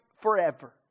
forever